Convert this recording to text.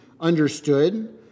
understood